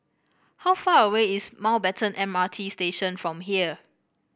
how far away is Mountbatten M R T Station from here